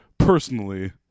Personally